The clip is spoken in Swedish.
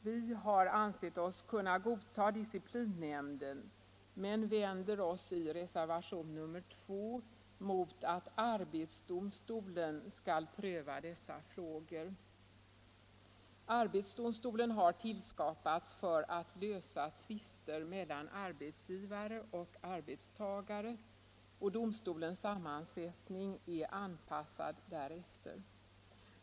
Vi har ansett oss kunna godta disciplinnämnden men vänder oss i reservationen 2 mot att arbetsdomstolen skall pröva dessa frågor. Arbetsdomstolen har tillskapats för att lösa tvister mellan arbetsgivare och arbetstagare, och domstolens sammansättning är anpassad därefter.